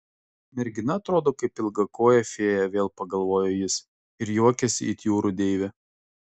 mergina atrodo kaip ilgakojė fėja vėl pagalvojo jis ir juokiasi it jūrų deivė